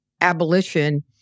abolition